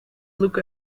look